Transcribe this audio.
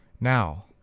Now